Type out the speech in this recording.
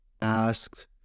asked